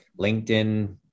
LinkedIn